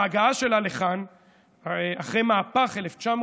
ההגעה שלה לכאן אחרי מהפך 1977,